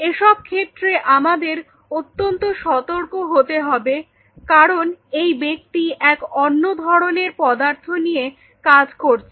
এসব ক্ষেত্রে আমাদের অত্যন্ত সতর্ক হতে হবে কারণ এই ব্যক্তি এক অন্য ধরনের পদার্থ নিয়ে কাজ করছে